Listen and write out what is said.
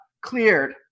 cleared